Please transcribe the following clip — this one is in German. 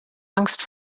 angst